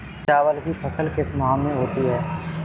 चावल की फसल किस माह में होती है?